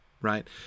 right